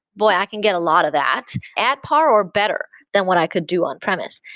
boy! i can get a lot of that at par or better than what i could do on-premise.